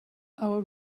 our